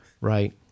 right